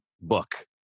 book